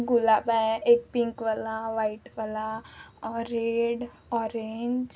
गुलाब आहे एक पिंकवाला व्हाईटवाला रेड ऑरेंज